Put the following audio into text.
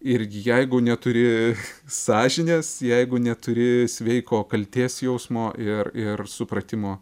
irgi jeigu neturi sąžinės jeigu neturi sveiko kaltės jausmo ir ir supratimo